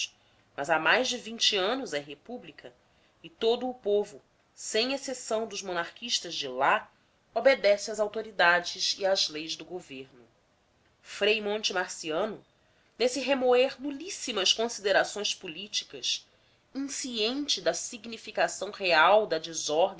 mais de anos é república e todo o povo sem exceção dos monarquistas de lá obedece às autoridades e às leis do governo frei monte marciano nesse remoer nulíssimas considerações políticas insciente da significação real da